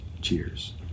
Cheers